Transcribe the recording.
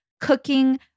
cooking